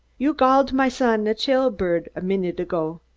you galled my son a chail-bird a minud ago.